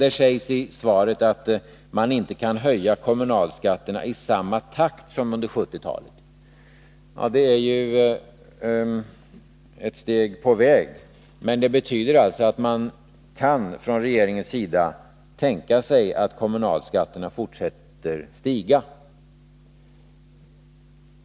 Det sägs i svaret att man inte kan höja kommunalskatterna i samma takt som under 1970-talet. Det är ju ett steg på väg, men det betyder att man från regeringens sida kan tänka sig att kommunalskatterna fortsätter att stiga.